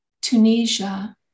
Tunisia